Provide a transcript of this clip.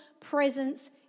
presence